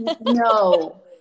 no